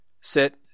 sit